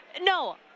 No